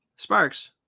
Sparks